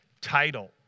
title